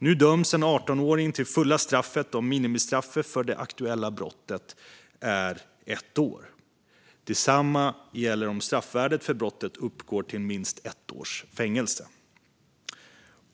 Nu döms en 18-åring till fulla straffet om minimistraffet för det aktuella brottet är ett år. Detsamma gäller om straffvärdet för brottet uppgår till minst ett års fängelse.